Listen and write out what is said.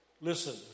Listen